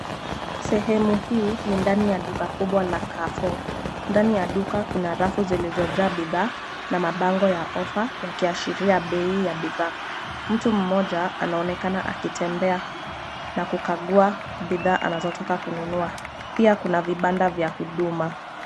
Sehemu hii ni ndani ya duka kubwa la Carrefour. Ndani ya duka kuna rafu zilizojaa bidhaa na mabango ya offer yakiashiria bei ya bidhaa. Mtu mmoja anaonekana akitembea na kukagua bidhaa anazotaka kununua. Pia kuna vibanda vya huduma.